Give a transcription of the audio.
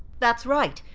that's right.